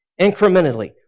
Incrementally